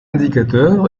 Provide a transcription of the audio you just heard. indicateur